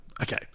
Okay